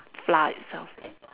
flour itself